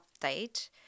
update